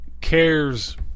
cares